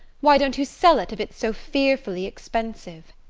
why don't you sell it if it's so fearfully expensive?